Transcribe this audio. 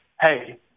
hey